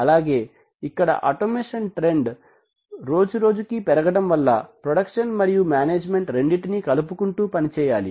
అలాగే ఇక్కడ automation trend రోజు రోజుకి పెరగడం వల్ల ప్రొడక్షన్ మరియు మేనేజ్మెంట్ రెండింటినీ కలుపుకుంటూ పని చేయాలి